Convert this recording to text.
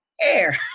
air